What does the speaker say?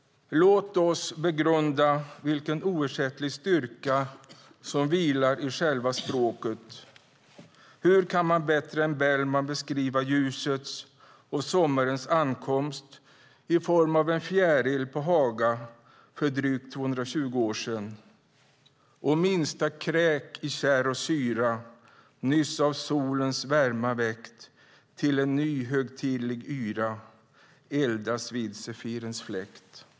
Låt oss begrunda vilken oersättlig styrka som vilar i själva språket. Hur kan man bättre än Bellman beskriva ljusets och sommarens ankomst i form av en fjäril på Haga för drygt 220 år sedan? Minsta kräk i kärr och syra, nyss av solens värma väckt, till en ny högtidlig yra, eldas vid sefirens fläkt.